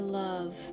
love